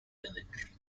village